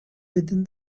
within